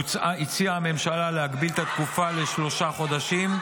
הציעה הממשלה להגביל את התקופה לשלושה חודשים.